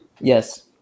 Yes